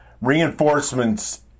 Reinforcements